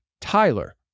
Tyler